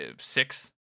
six